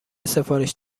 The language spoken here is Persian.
سفارش